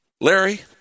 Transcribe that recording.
Larry